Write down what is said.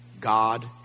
God